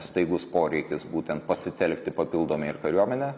staigus poreikis būtent pasitelkti papildomai ir kariuomenę